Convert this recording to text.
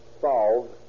solved